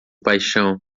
paixão